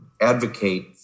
advocate